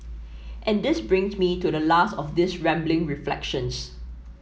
and this brings me to the last of these rambling reflections